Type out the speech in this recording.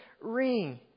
ring